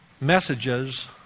messages